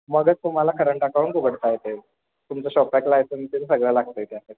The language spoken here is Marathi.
मगच तुम्हाला करंट अकाऊंट उघडता येतं आहे तुमचं शॉपात लायसन्स ते सगळं लागतं आहे त्यासाठी